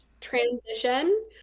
transition